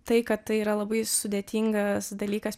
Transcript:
tai kad tai yra labai sudėtingas dalykas